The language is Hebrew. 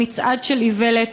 במצעד של איוולת,